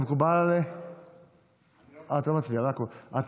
זה מקובל על כל המציעים?